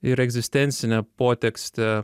ir egzistencinę potekstę